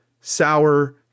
sour